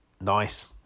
Nice